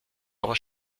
aber